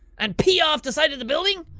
and pee off the side of the building?